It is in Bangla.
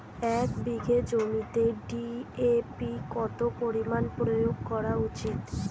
এক বিঘে জমিতে ডি.এ.পি কত পরিমাণ প্রয়োগ করা উচিৎ?